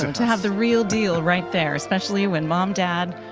to have the real deal right there, especially when mom, dad,